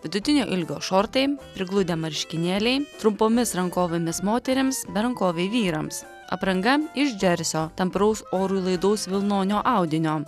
vidutinio ilgio šortai prigludę marškinėliai trumpomis rankovėmis moterims berankoviai vyrams apranga iš džersio tampraus orui laidaus vilnonio audinio